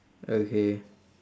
okay